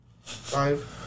Five